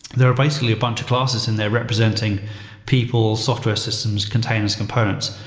there are basically a bunch of classes in there representing people, software systems, containers, components,